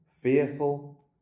fearful